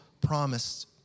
promised